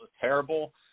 terrible